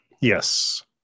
Yes